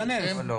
תיכנס.